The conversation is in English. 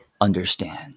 understand